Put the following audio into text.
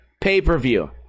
pay-per-view